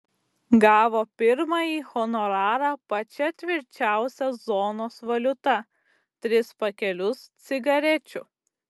gavo pirmąjį honorarą pačia tvirčiausia zonos valiuta tris pakelius cigarečių